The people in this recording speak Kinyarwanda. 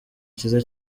cyiza